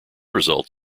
result